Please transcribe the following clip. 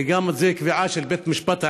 וגם זאת קביעה של בית המשפט העליון,